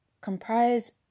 comprise